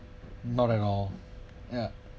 not at all ya